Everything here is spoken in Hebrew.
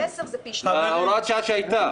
להוראת שעה שהייתה.